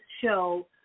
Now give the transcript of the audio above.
show